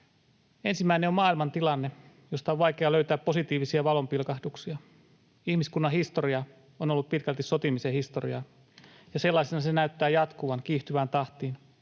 Ensimmäinen on maailman tilanne, josta on vaikea löytää positiivisia valonpilkahduksia. Ihmiskunnan historia on ollut pitkälti sotimisen historiaa, ja sellaisena se näyttää jatkuvan kiihtyvään tahtiin.